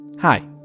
Hi